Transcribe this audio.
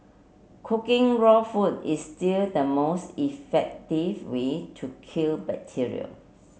cooking raw food is still the most effective way to kill bacteria